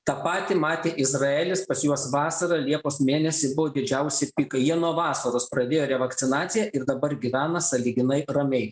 tą patį matė izraelis pas juos vasarą liepos mėnesį buvo didžiausi pikai jie nuo vasaros pradėjo revakcinaciją ir dabar gyvena sąlyginai ramiai